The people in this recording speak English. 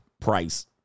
price